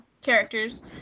characters